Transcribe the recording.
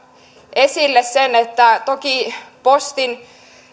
esille sen että toki postin